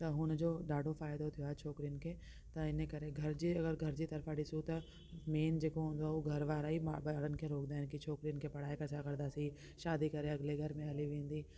त हुनजो ॾाढो फ़ाइदो थियो आहे छोकरियुन खे त इन करे घर जी अगरि घर जी तरफां ॾिसूं त मेन जेको ॾिसूं था हूअ घर वारा ई मां भेंण खे रोकिंदा आअहिनि की छोकरियुन खे पढ़ाए करे छा कंदासीं शादी करे अॻिले घर में हली वेंदी